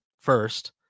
first